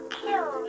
kill